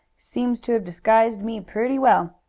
seems to have disguised me pretty well.